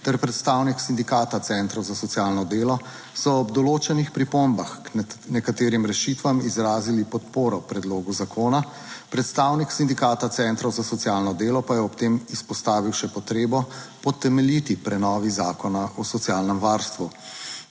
ter predstavnik Sindikata centrov za socialno delo, so ob določenih pripombah k nekaterim rešitvam izrazili podporo predlogu zakona. Predstavnik Sindikata centrov za socialno delo pa je ob tem izpostavil še potrebo po temeljiti prenovi Zakona o socialnem varstvu.